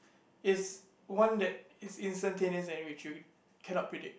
is one that is instantaneous and which you cannot predict